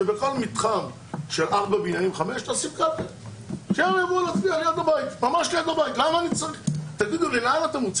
שבין אם תשים שם קלפי ובין אם לא תשים